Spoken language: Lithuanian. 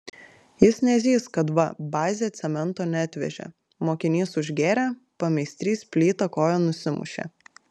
jis nezys kad va bazė cemento neatvežė mokinys užgėrė pameistrys plyta koją nusimušė